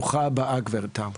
ברוכה הבאה גב' טל.